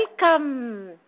welcome